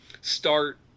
start